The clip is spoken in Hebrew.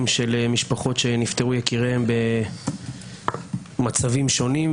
של משפחות שנפטרו יקיריהם במצבים שונים,